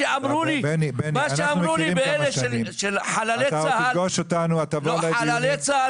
בני, אתה עוד תפגוש אותנו ותבוא לדיונים.